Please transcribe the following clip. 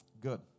Good